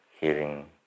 hearing